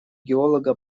геолога